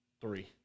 Three